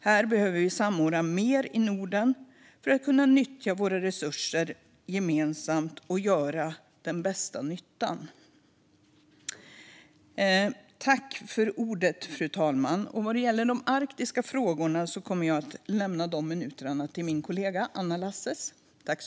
Här behöver mer samordnas i Norden för att vi ska kunna nyttja våra resurser gemensamt och göra den bästa nyttan. Vad gäller de arktiska frågorna lämnar jag dem till min kollega Anna Lasses.